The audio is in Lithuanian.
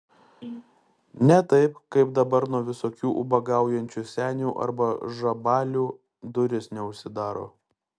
ne taip kaip dabar nuo visokių ubagaujančių senių arba žabalių durys neužsidaro